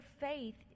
faith